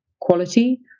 quality